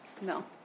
no